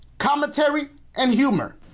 commentary and humor.